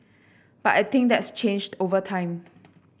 but I think that's changed over time